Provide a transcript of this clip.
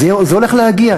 זה הולך להגיע.